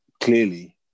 clearly